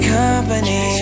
company